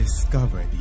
Discover